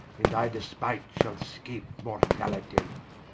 in thy despight shall scape mortalitie.